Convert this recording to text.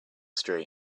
street